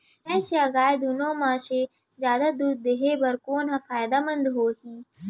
भैंस या गाय दुनो म से जादा दूध देहे बर कोन ह फायदामंद होही?